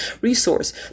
resource